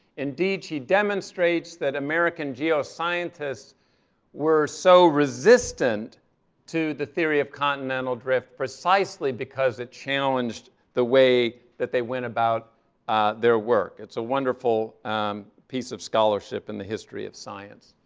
indeed, she demonstrates that american geoscientists were so resistant to the theory of continental drift precisely because it challenged the way that they went about their work. it's a wonderful piece of scholarship in the history of science.